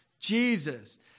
Jesus